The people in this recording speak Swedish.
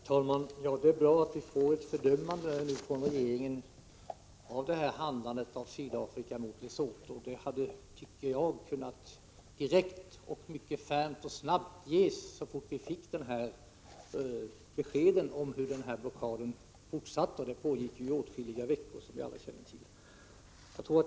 Herr talman! Jag är glad att vi får ett fördömande från regeringen av Sydafrikas handlande mot Lesotho. Det hade kunnat ges direkt, mycket färmt och snabbt, så fort vi fick beskeden om hur blockaden fortsatte. Den pågick ju i åtskilliga veckor, som vi alla känner till.